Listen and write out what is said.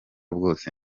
bwose